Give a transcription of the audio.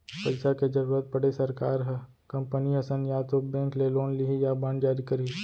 पइसा के जरुरत पड़े सरकार ह कंपनी असन या तो बेंक ले लोन लिही या बांड जारी करही